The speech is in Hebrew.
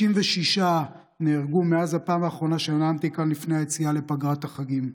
66 נהרגו מאז הפעם האחרונה שנאמתי כאן לפני היציאה לפגרת החגים,